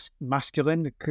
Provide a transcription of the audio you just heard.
masculine